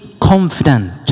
confident